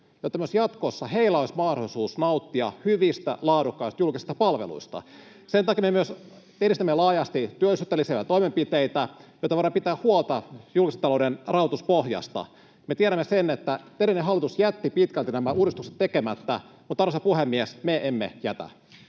jotta myös jatkossa heillä olisi mahdollisuus nauttia hyvistä, laadukkaista julkisista palveluista. Sen takia me myös edistämme laajasti työllisyyttä lisääviä toimenpiteitä, jotta voidaan pitää huolta julkisen talouden rahoituspohjasta. Me tiedämme sen, että edellinen hallitus jätti pitkälti nämä uudistukset tekemättä, mutta, arvoisa puhemies, me emme jätä.